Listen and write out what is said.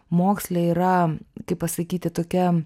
moksle yra kaip pasakyti tokia